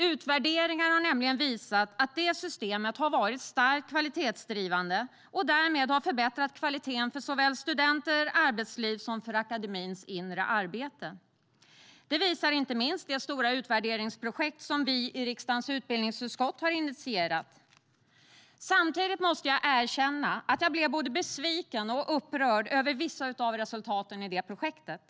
Utvärderingar har nämligen visat att det systemet har varit starkt kvalitetsdrivande och därmed har förbättrat kvaliteten för såväl studenter och arbetsliv som för akademins inre arbete. Det visar inte minst det stora utvärderingsprojekt som vi i riksdagens utbildningsutskott har initierat. Samtidigt måste jag erkänna att jag blev både besviken och upprörd över vissa av resultaten i projektet.